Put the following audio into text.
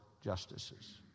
justices